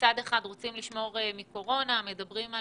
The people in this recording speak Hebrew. מצד אחד, רוצים לשמור על קורונה ומדברים על